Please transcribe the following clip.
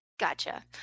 Gotcha